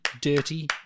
dirty